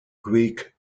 greek